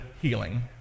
healing